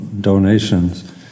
donations